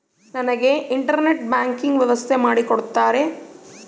ನನಗೆ internet banking ವ್ಯವಸ್ಥೆ ಮಾಡಿ ಕೊಡ್ತೇರಾ?